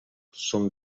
són